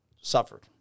suffered